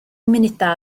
munudau